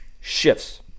shifts